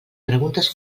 preguntes